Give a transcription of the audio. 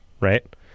right